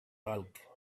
bulk